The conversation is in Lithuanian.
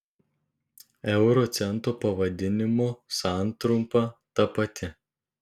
euro cento pavadinimo santrumpa ta pati